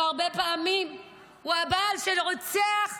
שהרבה פעמים הוא הבעל שרוצח,